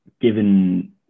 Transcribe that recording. given